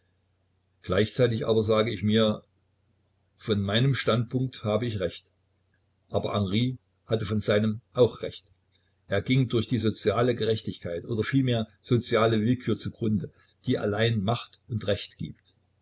gleichzeitig aber sage ich mir von meinem standpunkt habe ich recht aber henry hatte von seinem aus recht er ging durch die soziale gerechtigkeit oder vielmehr soziale willkür zu grunde die allein macht und recht gibt